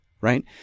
right